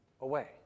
away